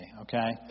Okay